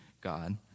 God